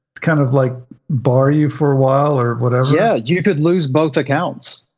kind of like bar you for a while or whatever? yeah, you could lose both accounts.